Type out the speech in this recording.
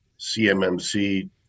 CMMC